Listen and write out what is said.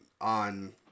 on